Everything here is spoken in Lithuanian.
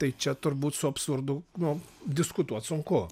tai čia turbūt su absurdu nu diskutuot sunku